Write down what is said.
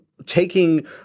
taking